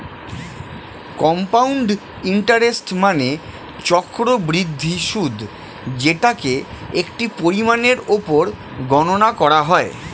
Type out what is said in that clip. compound interest মানে চক্রবৃদ্ধি সুদ যেটাকে একটি পরিমাণের উপর গণনা করা হয়